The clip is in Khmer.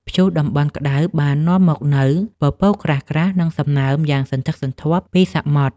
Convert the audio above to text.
ព្យុះតំបន់ក្ដៅបាននាំមកនូវពពកក្រាស់ៗ និងសំណើមយ៉ាងសន្ធឹកសន្ធាប់ពីសមុទ្រ។